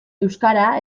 euskara